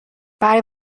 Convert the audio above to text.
برای